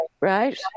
Right